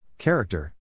Character